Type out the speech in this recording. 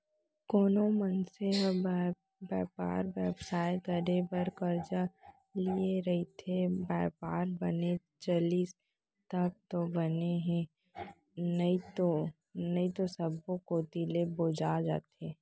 कोनो मनसे ह बयपार बेवसाय करे बर करजा लिये रइथे, बयपार बने चलिस तब तो बने हे नइते सब्बो कोती ले बोजा जथे